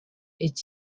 est